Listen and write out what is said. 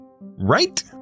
Right